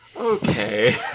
okay